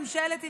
ממשלת ישראל.